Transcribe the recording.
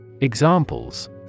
Examples